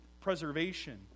preservation